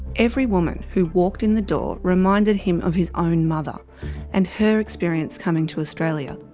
every woman who walked in the door reminded him of his own mother and her experience coming to australia,